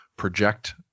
project